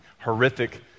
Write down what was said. horrific